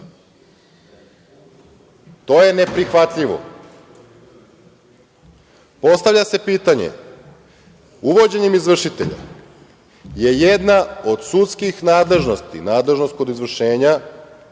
To je neprihvatljivo. Postavlja se pitanje. Uvođenjem izvršitelja je jedna od sudskih nadležnosti i nadležnost kod izvršenja